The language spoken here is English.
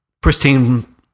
pristine